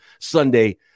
Sunday